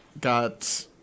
got